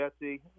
Jesse